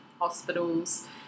hospitals